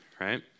Right